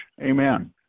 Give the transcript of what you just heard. amen